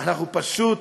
אנחנו פשוט